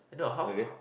okay